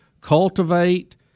cultivate